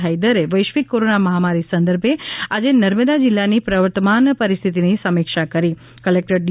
હૈદરે વૈશ્વિક કોરોના મહામારી સંદર્ભે આજે નર્મદા જિલ્લાની પ્રવર્તમાન પરિસ્થિતિની સમીક્ષા કરી કલેક્ટર ડી